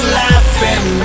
laughing